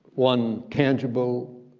one tangible,